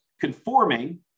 conforming